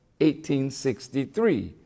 1863